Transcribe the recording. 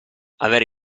avere